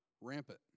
Rampant